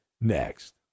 next